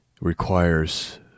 requires